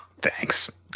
Thanks